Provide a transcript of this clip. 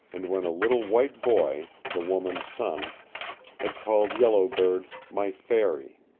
and when a little white boy the woman's son had called yellow bird my fairy.